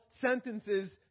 sentences